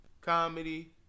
comedy